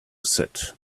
set